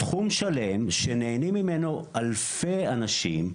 תחום שלם, שנהנים ממנו אלפי אנשים,